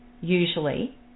usually